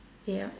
yup